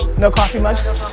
no coffee mugs? no,